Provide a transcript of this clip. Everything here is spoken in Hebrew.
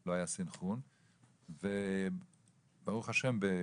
לא היה סנכרון וברוך השם,